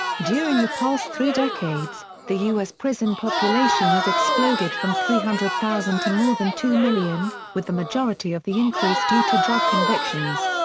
during the past three decades, the us prison population has exploded from three hundred thousand to more than two million, with the majority of the increase due to drug convictions.